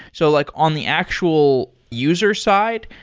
so like on the actual user side,